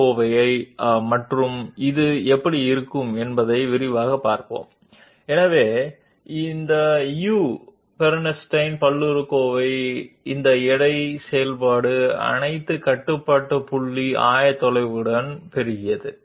n is the total number of control points counted from 0 that means if there are 4 control points n will be 3 i is that particular term in that summation that we are talking about u is the variable value it takes up different values at different points on the curve starting from 0 and ending in 1